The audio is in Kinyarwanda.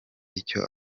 icyo